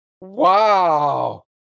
Wow